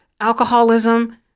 alcoholism